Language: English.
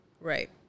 Right